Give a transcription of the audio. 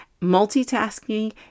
Multitasking